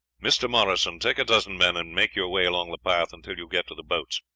mr. morrison, take a dozen men and make your way along the path until you get to the boats.